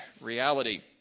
reality